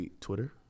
Twitter